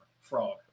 frog